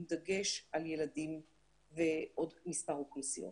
עם דגש על ילדים ועוד מספר אוכלוסיות.